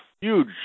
huge